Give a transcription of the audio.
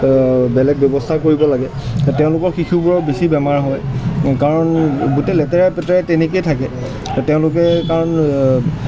বেলেগ ব্যৱস্থাও কৰিব লাগে আৰু তেওঁলোকৰ শিশুবোৰৰ বেছি বেমাৰ হয় কাৰণ গোটেই লেতেৰা পেতেৰা তেনেকৈয়ে থাকে তেওঁলোকে কাৰণ